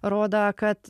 rodo kad